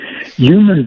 Human